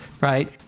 right